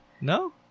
No